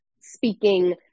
speaking